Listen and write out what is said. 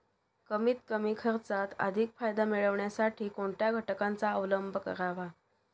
कमीत कमी खर्चात अधिक फायदा मिळविण्यासाठी कोणत्या घटकांचा अवलंब करावा?